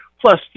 Plus